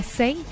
say